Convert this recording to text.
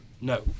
No